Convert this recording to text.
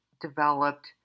developed